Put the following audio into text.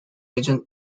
agent